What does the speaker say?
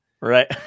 Right